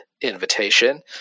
invitation